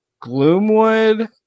Gloomwood